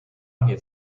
mnie